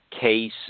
case